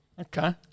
Okay